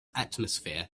atmosphere